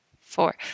four